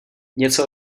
něco